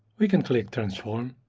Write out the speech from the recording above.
we can click transform.